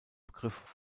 begriff